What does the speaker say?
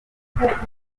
guhaguruka